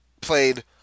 played